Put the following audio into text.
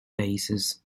bases